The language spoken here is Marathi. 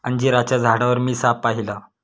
अंजिराच्या झाडावर मी साप पाहिला